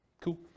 Cool